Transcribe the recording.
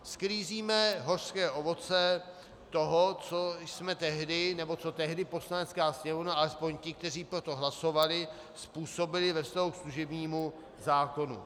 Sklízíme hořké ovoce toho, co jsme tehdy, nebo co tehdy Poslanecká sněmovna, alespoň ti, kteří pro to hlasovali, způsobili ve vztahu k služebnímu zákonu.